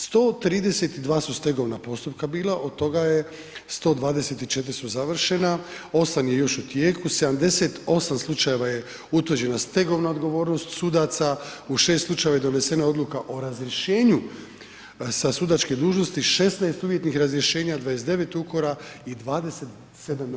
132 su stegovna postupka bila, od toga je 124 završena, 8 je još u tijeku, 78 slučajeva je utvrđena stegovna odgovornost sudaca, u 6 slučajeva je donesena odluka o razrješenju sa sudačke dužnosti, 16 uvjetnih razrješenja, 29 ukora i 27 ... hvala.